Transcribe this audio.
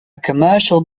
commercial